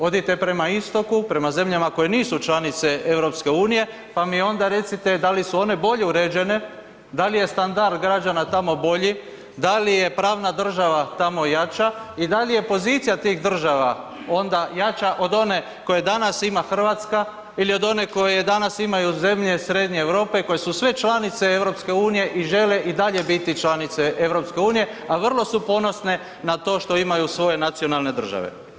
Odite prema istoku, prema zemljama koje nisu članice EU pa mi onda recite da li su one bolje uređene, da li je standard građana tamo bolji, da li je pravna država tamo jača i da li je pozicija tih država onda jača od one koju danas ima Hrvatska ili od one koje danas imaju zemlje srednje Europe koje su sve članice EU i žele i dalje biti članice EU, a vrlo su ponosne na to što imaju svoje nacionalne države.